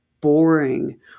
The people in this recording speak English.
boring